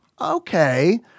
okay